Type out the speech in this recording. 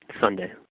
Sunday